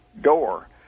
door